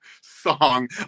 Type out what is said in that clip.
song